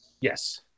Yes